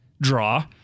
draw